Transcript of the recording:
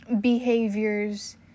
behaviors